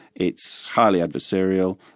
it's highly adversarial,